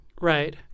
right